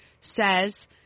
says